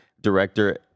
director